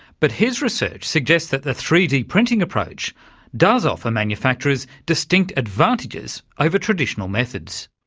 but his research suggests that the three d printing approach does offer manufacturers distinct advantages over traditional methods.